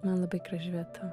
man labai graži vieta